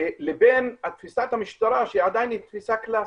לבין תפיסת המשטרה שהיא עדיין תפיסה קלאסית,